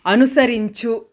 అనుసరించు